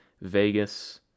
Vegas